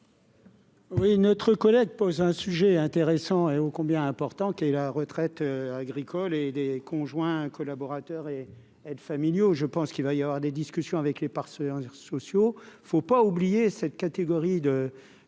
Oui, notre collègue pose un sujet intéressant et oh combien important qui la retraite agricole et des conjoints collaborateurs et aides familiaux, je pense qu'il va y avoir des discussions avec les par ce sociaux, il ne faut pas oublier cette catégorie de,